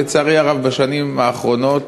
שלצערי הרב בשנים האחרונות,